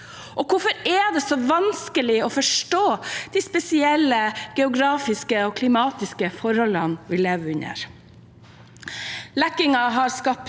Og hvorfor er det så vanskelig å forstå de spesielle geografiske og klimatiske forholdene vi lever under? Lekkingen har skapt